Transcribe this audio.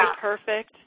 perfect